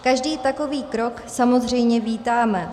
Každý takový krok samozřejmě vítáme.